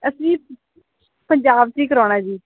ਅਸੀਂ ਪੰਜਾਬ 'ਚ ਕਰਾਉਣਾ ਜੀ